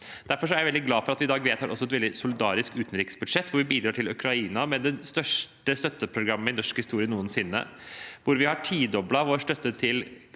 Derfor er jeg veldig glad for at vi i dag også vedtar et veldig solidarisk utenriksbudsjett, hvor vi bidrar til Ukraina med det største støtteprogrammet i norsk historie noensinne, hvor vi har tidoblet vår støtte til